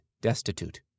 destitute